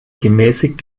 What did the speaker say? gemäßigt